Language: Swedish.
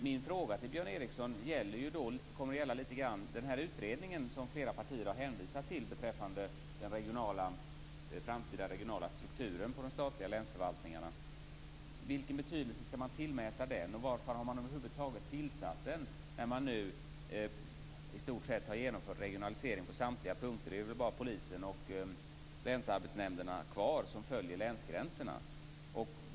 Min fråga till honom gäller då den utredning som flera partier har hänvisat till beträffande den framtida regionala strukturen på de statliga länsförvaltningarna. Vilken betydelse skall man tillmäta den? Varför har man över huvud taget tillsatt den, när man i stort sett har genomfört regionalisering på samtliga punkter? Det är väl i stort sett bara Polisen och länsarbetsnämnderna kvar som följer länsgränserna.